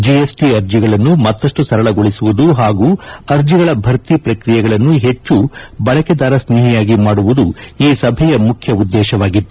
GST ಅರ್ಜಿಗಳನ್ನು ಮತ್ತಷ್ಟು ಸರಳಗೊಳಿಸುವುದು ಹಾಗೂ ಅರ್ಜಿಗಳ ಭರ್ತಿ ಪ್ರಕ್ರಿಯೆಗಳನ್ನು ಹೆಚ್ಚು ಬಳಕೆದಾರ ಸ್ನೇಹಿಯಾಗಿ ಮಾಡುವುದು ಈ ಸಭೆಯ ಮುಖ್ಯ ಉದ್ಲೇಶವಾಗಿತ್ತು